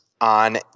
on